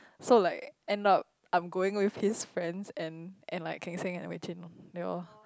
so like end up I'm going with his friends and and like can you self imagine you know